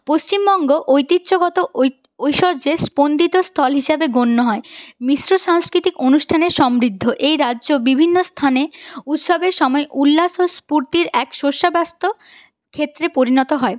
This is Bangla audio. পশ্চিমবঙ্গ ঐতিহ্যগত ঐশ্বর্যে স্পন্দিত স্থল হিসেবে গণ্য হয় মিশ্র সাংস্কৃতিক অনুষ্ঠানে সমৃদ্ধ এই রাজ্য বিভিন্ন স্থানে উৎসবের সময় উল্লাস ও স্ফুর্তির এক সোর্সাব্যাস্থ ক্ষেত্রে পরিণত হয়